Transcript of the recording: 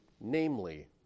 namely